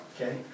okay